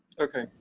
okay,